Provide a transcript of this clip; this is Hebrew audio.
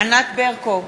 ענת ברקו,